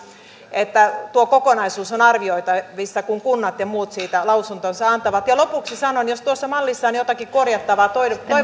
että tuo kokonaisuus on arvioitavissa kun kunnat ja muut siitä lausuntonsa antavat ja lopuksi sanon jos tuossa mallissa on jotakin korjattavaa toivon